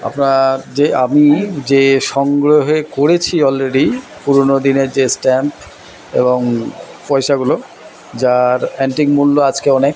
আপনার যে আমি যে সংগ্রহে করেছি অলরেডি পুরনো দিনের যে স্ট্যাম্প এবং পয়সাগুলো যার অ্যানটিক মূল্য আজকে অনেক